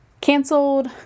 canceled